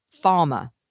farmer